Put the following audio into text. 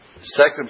second